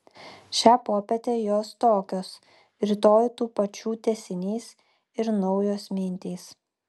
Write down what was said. šią popietę jos tokios rytoj tų pačių tęsinys ir naujos mintys